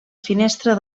finestra